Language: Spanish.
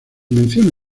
menciona